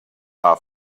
are